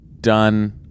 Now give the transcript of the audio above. done